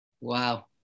Wow